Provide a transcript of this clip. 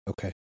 Okay